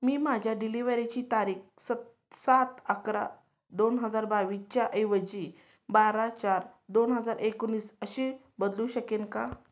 मी माझ्या डिलिवरीची तारीख सत् सात अकरा दोन हजार बावीसच्या ऐवजी बारा चार दोन हजार एकोणीस अशी बदलू शकेन का